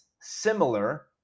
similar